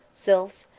sylphs,